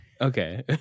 Okay